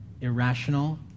irrational